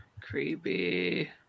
Creepy